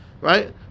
right